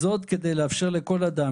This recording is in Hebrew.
"זאת כדי לאפשר לכל אדם,